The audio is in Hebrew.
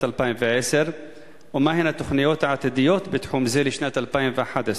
2010 ומהן התוכניות העתידיות בתחום זה לשנת 2011?